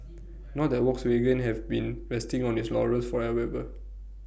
not that Volkswagen have been resting on its laurels for Ad ever